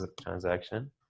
transaction